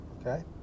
Okay